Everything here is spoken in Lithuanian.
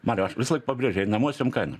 mariau aš visąlaik pabrėžiu einamosiom kainom